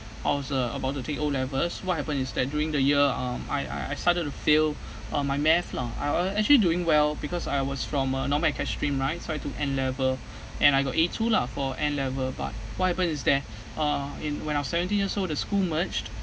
I was uh about to take o levels what happened is that during the year um I I I started to fail uh my math lah I a~ actually doing well because I was from a normal stream right so I took n level and I got a two lah for n level but what happen is that uh in when I was seventeen years old the school merged